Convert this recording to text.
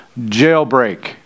jailbreak